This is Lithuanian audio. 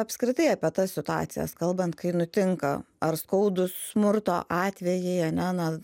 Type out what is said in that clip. apskritai apie tas situacijas kalbant kai nutinka ar skaudūs smurto atvejai ane na